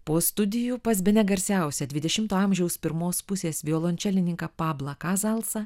po studijų pas bene garsiausią dvidešimto amžiaus pirmos pusės violončelininką pablą kazalsą